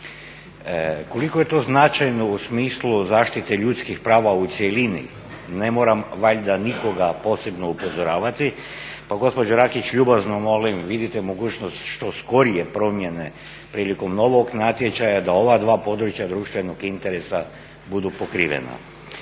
Koliko je to značajno u smislu zaštite ljudskih prava u cjelini, ne moram valjda nikoga posebno upozoravati, pa gospođu Rakić ljubazno molim vidite mogućnost što skorije promjene prilikom novog natječaja da ova dva područja društvenog interesa budu pokrivena.